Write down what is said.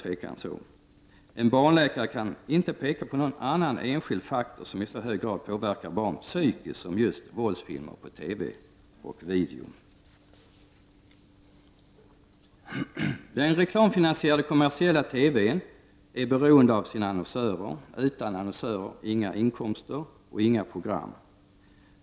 En barnläkare kan inte peka på någon annan enskild faktor som i så hög grad påverkar barn psykiskt som våldsfilmer på TV och video. Den reklamfinansierade kommersiella TV:n är också beroende av sina annonsörer; utan annonsörer inga inkomster och inga program.